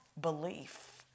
belief